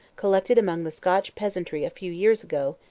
collected among the scotch peasantry a few years ago,